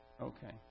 Okay